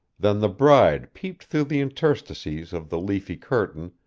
than the bride peeped through the interstices of the leafy curtain,